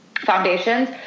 foundations